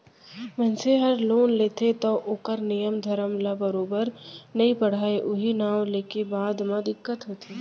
मनसे हर लोन लेथे तौ ओकर नियम धरम ल बरोबर नइ पढ़य उहीं नांव लेके बाद म दिक्कत होथे